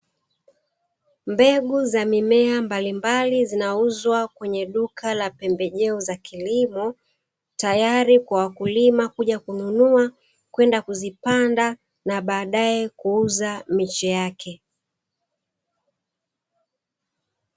Mbegu za mimea mbalimbali zinauzwa kwenye duka la pembejeo za kilimo, tayari kwa wakulima kuja kununua kwenda kuzipanda na badae kuuza miche yake.